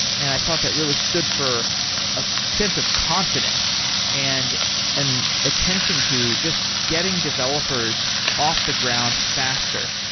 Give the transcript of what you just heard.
and i thought that really stood for a sense of confidence and an attention to just getting developers off the ground faster.